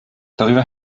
darüber